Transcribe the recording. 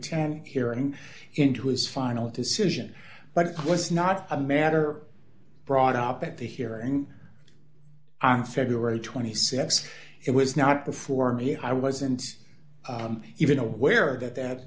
ten hearing into his final decision but it was not a matter brought up at the hearing on february th it was not before me i wasn't even aware that that